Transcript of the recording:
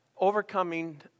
Overcoming